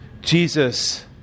Jesus